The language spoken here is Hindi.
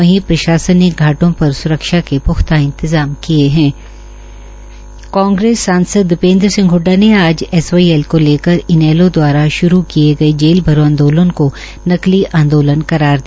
वही प्रशासन ने घा ों पर स्रक्षा के प्ख्ता इंतजाम किए हथ कांग्रेस सांसद दीपेंद्र सिंह हड्डा ने एसवाईएल को लेकर इनेलो द्वारा शुरू किए गए जेल भरो आंदोलन को नकली आंदोलन करार दिया